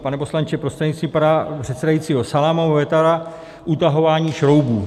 Pane poslanče prostřednictvím pana předsedajícího, salámová metoda utahování šroubů.